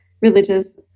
religious